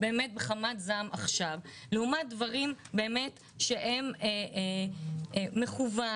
בחמת זעם עכשיו לעומת דברים שהם מכוון,